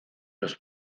los